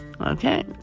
Okay